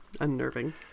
unnerving